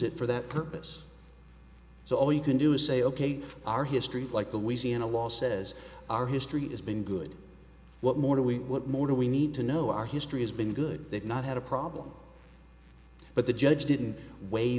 it for that purpose so all you can do is say ok our history like the we see in a law says our history has been good what more do we what more do we need to know our history has been good they've not had a problem but the judge didn't weigh